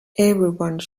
everyone